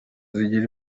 zigira